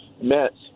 Mets